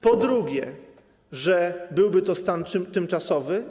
Po drugie, że byłby to stan tymczasowy.